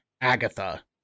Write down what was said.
Agatha